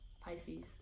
Pisces